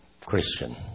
Christian